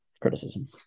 criticism